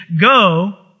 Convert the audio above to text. go